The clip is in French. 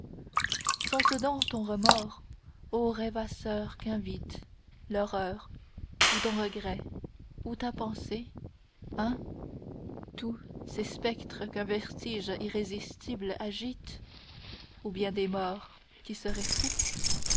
sont-ce donc ton remords ô rèvasseur qu'invite l'horreur ou ton regret ou ta pensée hein tous ces spectres qu'un vertige irrésistible agite ou bien des morts qui seraient fous